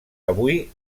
avui